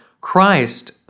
Christ